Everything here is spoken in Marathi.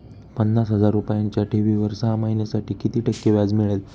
पन्नास हजार रुपयांच्या ठेवीवर सहा महिन्यांसाठी किती टक्के व्याज मिळेल?